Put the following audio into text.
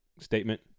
statement